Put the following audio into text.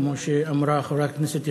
כמו שאמרה חברת הכנסת יחימוביץ,